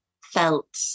felt